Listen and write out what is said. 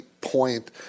point